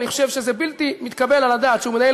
אני חושב שזה בלתי מתקבל על הדעת שהוא מנהל